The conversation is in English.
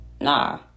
Nah